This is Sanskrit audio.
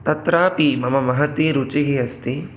तत्रापि मम महती रुचिः अस्ति